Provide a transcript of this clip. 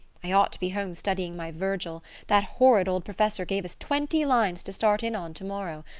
i ought to be home studying my virgil that horrid old professor gave us twenty lines to start in on tomorrow.